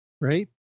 Right